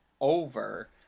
over